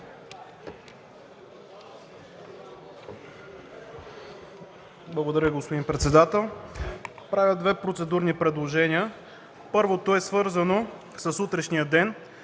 Благодаря, господин председател. Правя две процедурни предложения. Първото е свързано с утрешния ден.